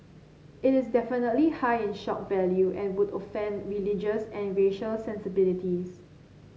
it is definitely high in shock value and would offend religious and racial sensibilities